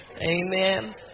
Amen